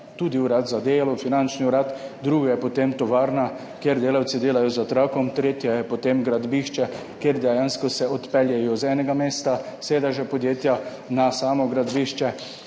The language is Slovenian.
tudi urad za delo, finančni urad, drugo je potem tovarna, kjer delavci delajo za trakom, tretje je potem gradbišče, kjer se dejansko odpeljejo z enega mesta sedeža podjetja na samo gradbišče